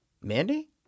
Mandy